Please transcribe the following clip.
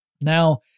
Now